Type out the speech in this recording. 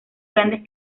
grandes